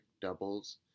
doubles